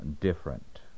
different